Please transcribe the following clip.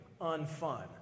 unfun